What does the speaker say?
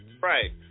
Right